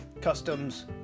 customs